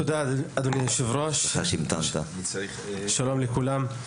תודה, אדוני היושב-ראש, שלום לכולם.